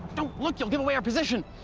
don't look! you'll give away our position.